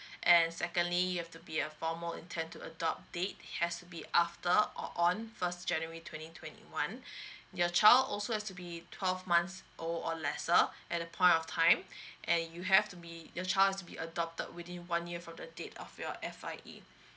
and secondly you have to be a formal intent to adopt date has to be after or on first january twenty twenty one your child also has to be twelve months old or lesser at the point of time and you have to be your child has to be adopted within one year from the date of your F_I_A